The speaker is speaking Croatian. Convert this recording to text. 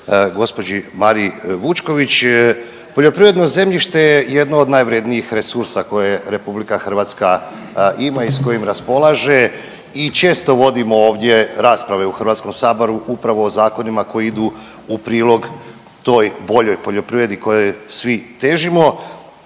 gospođi Mariji Vučković. Poljoprivredno zemljište je jedno od najvrjednijih resursa koje RH ima i s kojim raspolaže i često vodimo ovdje rasprave u Hrvatskom saboru upravo o zakonima koji idu u prilog toj boljoj poljoprivredi kojoj svi težimo.